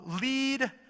lead